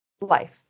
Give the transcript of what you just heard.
life